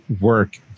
work